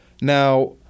Now